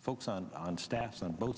folks on on staff on both